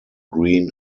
green